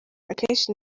akenshi